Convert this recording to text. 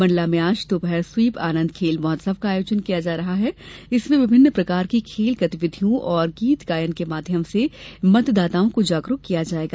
मंडला में आज दोपहर स्वीप आनंद खेल महोत्सव का आयोजन किया जा रहा है इसमें विभिन्न प्रकार की खेल गतिविधियों और गीत गायन के माध्यम से मतदाताओं को जागरूक किया जाएगा